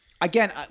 again